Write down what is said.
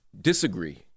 disagree